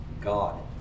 God